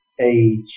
age